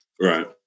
right